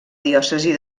diòcesi